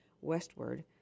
westward